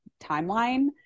timeline